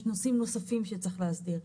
יש נושאים נוספים שצריך להסדיר,